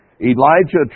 Elijah